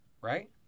right